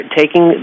taking